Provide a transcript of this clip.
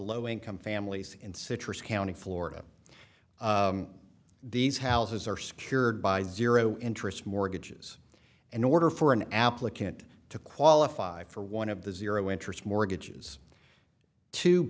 low income families in citrus county florida these houses are secured by zero interest mortgages in order for an applicant to qualify for one of the zero interest mortgages t